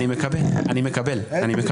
אני מקבל לחלוטין.